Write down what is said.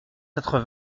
quatre